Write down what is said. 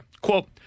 quote